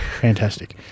fantastic